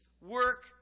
work